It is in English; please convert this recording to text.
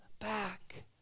back